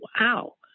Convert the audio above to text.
wow